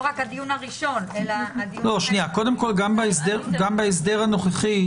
גם בהסדר הנוכחי,